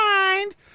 mind